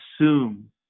assume